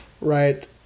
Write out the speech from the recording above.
right